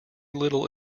little